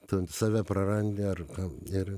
tu save prarandi ar ir